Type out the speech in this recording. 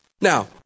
Now